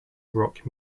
rock